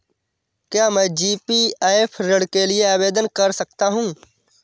क्या मैं जी.पी.एफ ऋण के लिए आवेदन कर सकता हूँ?